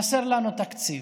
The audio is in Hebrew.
חסר לנו תקציב.